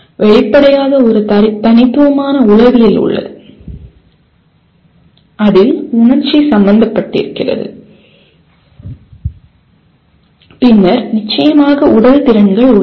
வெளிப்படையாக ஒரு தனித்துவமான உளவியல் உள்ளது அதில் உணர்ச்சி சம்பந்தப்பட்டிருக்கிறது பின்னர் நிச்சயமாக உடல் திறன்கள் உள்ளன